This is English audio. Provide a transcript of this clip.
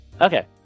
okay